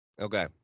okay